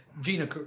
Gina